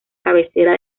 cabecera